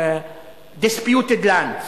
disputed lands,